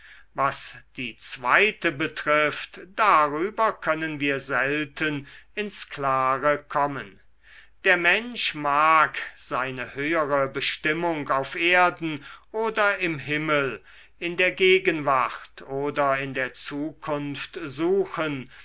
was die zweite betrifft darüber können wir selten ins klare kommen der mensch mag seine höhere bestimmung auf erden oder im himmel in der gegenwart oder in der zukunft suchen